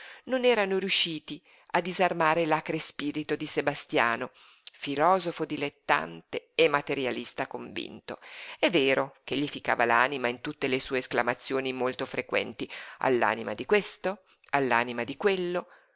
non erano riusciti a disarmare l'acre spirito di sebastiano filosofo dilettante e materialista convinto è vero ch'egli ficcava l'anima in tutte le sue esclamazioni molto frequenti all'anima di questo all'anima di quello